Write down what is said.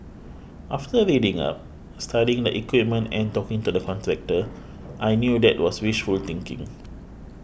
after reading up studying the equipment and talking to the contractor I knew that was wishful thinking